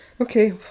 okay